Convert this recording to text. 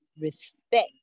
respect